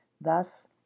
Thus